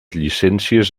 llicències